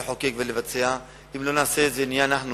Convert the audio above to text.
לחוקק ולבצע, אם לא נעשה את זה, נהיה אנחנו